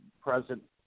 present